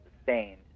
sustained